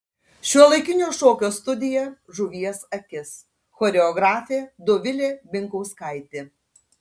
šiuolaikinio šokio studija žuvies akis choreografė dovilė binkauskaitė